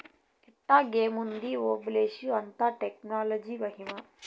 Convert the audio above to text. ఎట్టాగేముంది ఓబులేషు, అంతా టెక్నాలజీ మహిమా